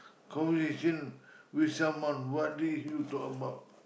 conversation with someone what do you talk about